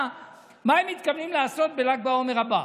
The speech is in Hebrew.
הוא מה הם מתכוונים לעשות בל"ג בעומר הבא.